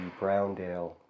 Browndale